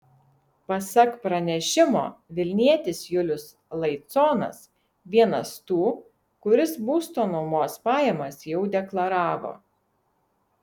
pasak pranešimo vilnietis julius laiconas vienas tų kuris būsto nuomos pajamas jau deklaravo